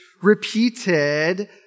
repeated